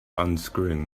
unscrewing